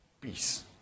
Peace